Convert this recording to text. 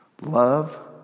love